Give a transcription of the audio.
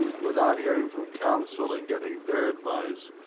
without hearing from counsel and getting their advice,